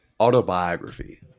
autobiography